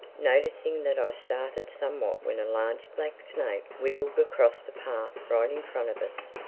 noticing that i started somewhat when a large black snake wiggled across the path right in front of us.